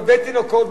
בבית-תינוקות,